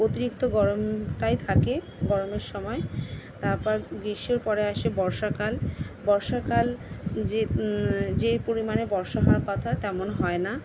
অতিরিক্ত গরমটাই থাকে গরমের সময় তারপর গীষ্মর পরে আসে বর্ষাকাল বর্ষাকাল যে যে পরিমাণে বর্ষা হওয়ার কথা তেমন হয় না